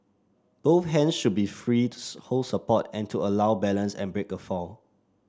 both hands should be free hold support and to allow balance and break a fall